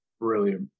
Brilliant